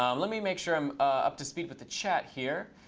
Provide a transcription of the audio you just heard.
um let me make sure i'm up to speed with the chat here.